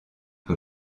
que